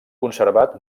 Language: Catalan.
conservat